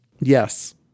yes